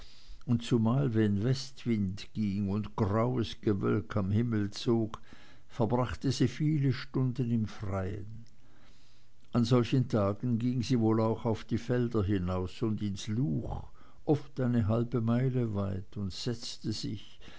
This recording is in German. und zumal wenn westwind ging und graues gewölk am himmel zog verbrachte sie viele stunden im freien an solchen tagen ging sie wohl auch auf die felder hinaus und ins luch oft eine halbe meile weit und setzte sich